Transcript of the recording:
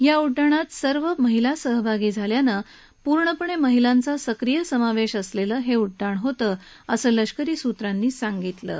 या उड्डाणात सर्व स्रिया सहभागी असल्यानं संपूर्णपणे स्रियांचा सक्रीय समावेश असलेलं हे उड्डाण होत असं लष्करी सूत्रांनी म्हटलं आहे